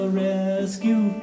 rescue